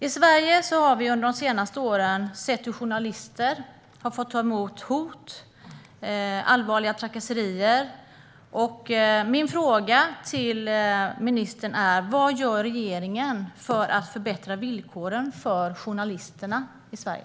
I Sverige har vi under de senaste åren sett hur journalister har fått ta emot hot och utsatts för allvarliga trakasserier. Min fråga till ministern är: Vad gör regeringen för att förbättra villkoren för journalisterna i Sverige?